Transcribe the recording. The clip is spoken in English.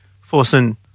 forcing